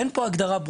יש לי שלושה ילדים.